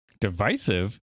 Divisive